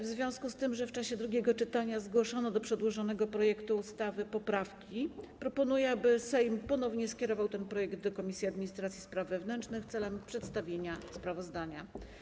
W związku z tym, że w czasie drugiego czytania zgłoszono do przedłożonego projektu ustawy poprawki, proponuję, aby Sejm ponownie skierował ten projekt do Komisji Administracji i Spraw Wewnętrznych celem przedstawienia sprawozdania.